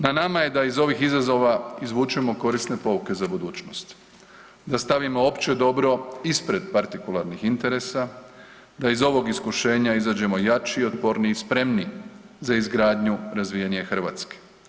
Na nama je da iz ovih izazova izvučemo korisne pouke za budućnost, da stavimo opće dobro ispred partikularnih interesa, da iz ovog iskušenja izađemo jači, otporniji i spremniji za izgradnju razvijenije Hrvatske.